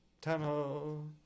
tunnel